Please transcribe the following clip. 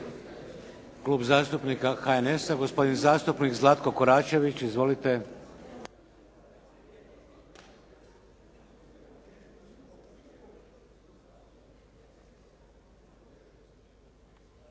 Klub zastupnika HNS-a, gospodin zastupnik Zlatko Koračević. Izvolite.